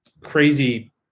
crazy